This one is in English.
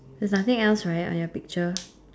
there's nothing else right on your picture